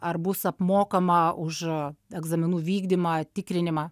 ar bus apmokama už egzaminų vykdymą tikrinimą